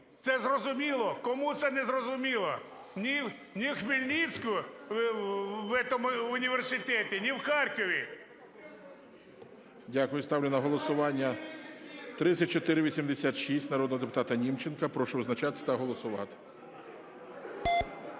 Це зрозуміло, кому це не зрозуміло? Ні Хмельницьку… в этому університеті, ні в Харкові. ГОЛОВУЮЧИЙ. Дякую. Ставлю на голосування 3486 народного депутата Німченка. Прошу визначатися та голосувати.